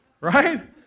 Right